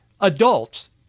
adults